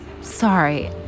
Sorry